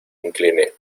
incliné